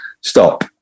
stop